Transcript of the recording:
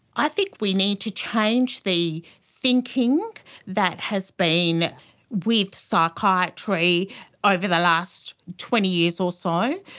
i think we need to change the thinking that has been with psychiatry over the last twenty years or so.